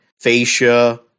fascia